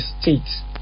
states